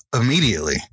immediately